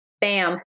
Bam